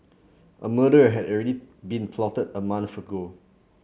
a murder had already been plotted a month ago